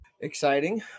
exciting